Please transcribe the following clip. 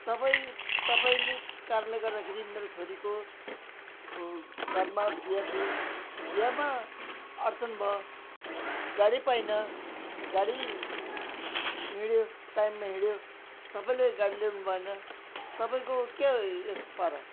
तपाईँ तपाईँको कारणले गर्दाखेरि मेरो छोरीको घ घरमा बिहा थियो बिहामा अड्चन भयो गाडी पाइनँ गाडी हिँड्यो टाइममा हिँड्यो तपाईँले गाडी ल्याउनु भएन तपाईँको क्या हो यस्तो पारा